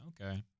Okay